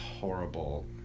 horrible